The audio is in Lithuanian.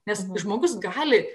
nes žmogus gali